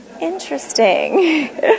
Interesting